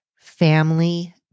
Family